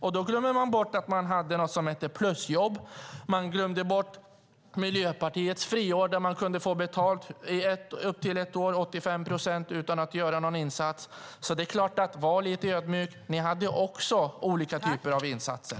Man glömmer bort att det fanns något som hette plusjobb, och man glömmer bort Miljöpartiets friår där man kunde få 85 procent av sin lön i upp till ett år utan att göra någon insats. Var alltså lite ödmjuka - ni hade också olika typer av insatser.